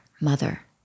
mother